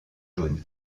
jaune